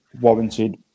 warranted